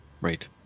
right